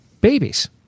babies